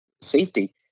safety